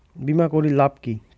বিমা করির লাভ কি?